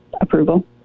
approval